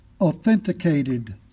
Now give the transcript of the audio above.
authenticated